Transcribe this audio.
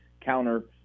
counter